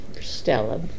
Stella